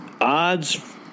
Odds